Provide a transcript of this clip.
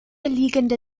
liegende